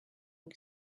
and